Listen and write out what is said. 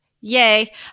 Yay